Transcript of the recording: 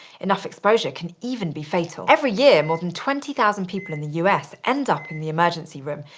enough exposure can even be fatal. every year, more than twenty thousand people in the us end up in the emergency room,